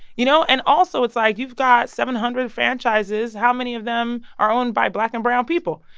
you know? and also, it's like, you've got seven hundred franchises, how many of them are owned by black and brown people?